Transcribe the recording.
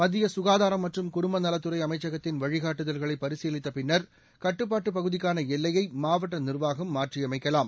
மத்திய சுகாதாரம் மற்றும் குடும்பநலத்துறை அமைச்சகத்தின் வழிகாட்டுதல்களை பரிசீலித்த பின்னர் கட்டுப்பாட்டு மண்டலங்கள் தொடா்பான எல்லையை மாவட்ட நிா்வாகம் மாற்றி அமைக்கலாம்